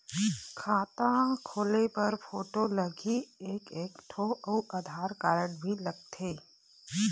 खाता खोले बर फोटो लगही एक एक ठो अउ आधार कारड भी लगथे?